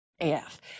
af